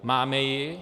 Máme ji?